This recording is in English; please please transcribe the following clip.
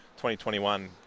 2021